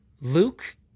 Luke